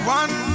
one